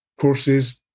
courses